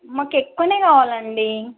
మాకెక్కువనే కావలండీ